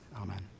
Amen